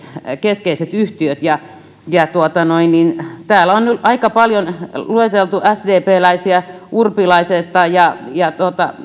keskeiset yhtiöt täällä on on aika paljon lueteltu sdpläisiä urpilaisesta